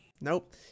Nope